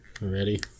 Ready